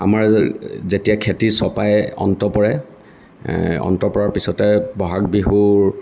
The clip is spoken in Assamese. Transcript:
আমাৰ যেতিয়া খেতি চপাই অন্ত পৰে অন্ত পৰাৰ পিছতে ব'হাগ বিহুৰ